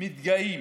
מתגאים